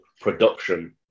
production